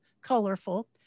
colorful